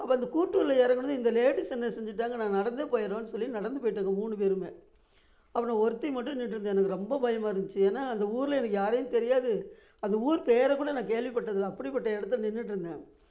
அப்போ அந்த கூட்டூரில் இறங்குனதும் இந்த லேடீஸ் என்ன செஞ்சிட்டாங்க நான் நடந்தே போயிடுறோன்னு சொல்லி நடந்து போயிட்டாங்க மூணு பேருமே அப்புறோம் ஒருத்தி மட்டும் நின்றுட்டுருந்தா எனக்கு ரொம்ப பயமாகருந்துச்சி ஏன்னால் அந்த ஊரில் எனக்கு யாரையும் தெரியாது அந்த ஊர் பேரை கூட நான் கேள்வி பட்டது இல்லை அப்படிப்பட்ட இடத்துல நின்றுட்டுருந்தேன்